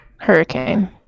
Hurricane